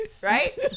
right